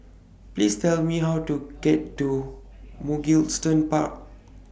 Please Tell Me How to get to Mugliston Park